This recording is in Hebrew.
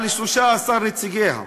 על 13 נציגיה,